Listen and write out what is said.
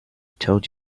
told